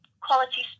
quality